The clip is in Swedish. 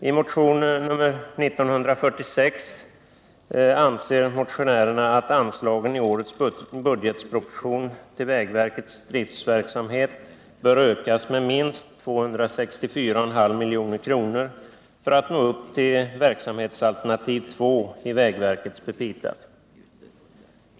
I motionen 1946 anser motionärerna att anslagen i årets budgetproposition till vägverkets driftverksamhet bör ökas med minst 264,5 milj.kr. för att nå upp till verksamhetsalternativ II i vägverkets petita.